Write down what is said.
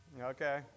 Okay